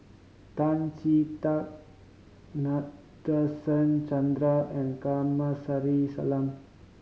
Tan Chee Teck Nadasen Chandra and Kamsari Salam